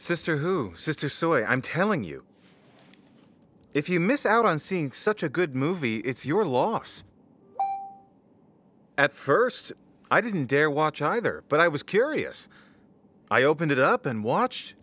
sister who sister sue i'm telling you if you miss out on seeing such a good movie it's your loss at first i didn't dare watch either but i was curious i opened it up and watch